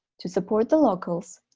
to support the locals